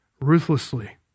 ruthlessly